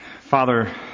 Father